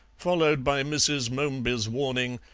followed by mrs. momeby's warning,